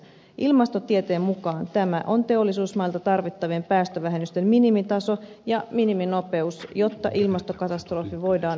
ilmastotieteen mukaan tämä on teollisuusmailta tarvittavien päästövähennysten minimitaso ja miniminopeus jotta ilmastokatastrofi voidaan välttää